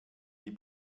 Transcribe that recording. die